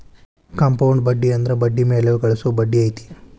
compound ಬಡ್ಡಿ ಅಂದ್ರ ಬಡ್ಡಿ ಮ್ಯಾಲೆ ಗಳಿಸೊ ಬಡ್ಡಿ ಐತಿ